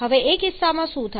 હવે એ કિસ્સામાં શું થાય